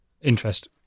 interest